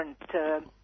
different